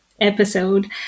episode